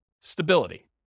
stability